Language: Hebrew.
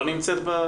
לא תשלם מעבר